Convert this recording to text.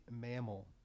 mammal